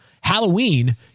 Halloween